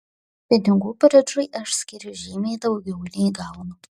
pinigų bridžui aš skiriu žymiai daugiau nei gaunu